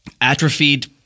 atrophied